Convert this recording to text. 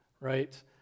right